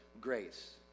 grace